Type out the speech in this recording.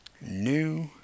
new